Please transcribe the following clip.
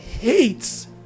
hates